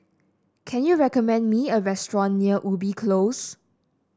can you recommend me a restaurant near Ubi Close